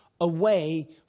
away